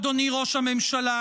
אדוני ראש הממשלה,